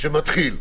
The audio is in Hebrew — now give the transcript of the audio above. התחיל,